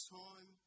time